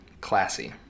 classy